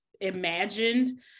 imagined